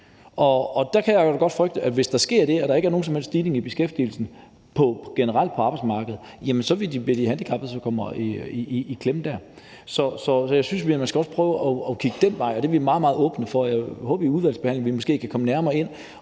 Der kan jeg godt frygte, at hvis der sker det, at der ikke er nogen som helst stigning i beskæftigelsen generelt på arbejdsmarkedet, vil det være de handicappede, der kommer i klemme der. Så jeg synes også, at man skal prøve at kigge den vej, og det er vi meget, meget åbne over for, og jeg håber, at vi i udvalgsbehandlingen måske kan komme nærmere ind